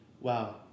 Wow